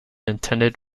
intended